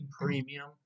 premium